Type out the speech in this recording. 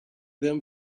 them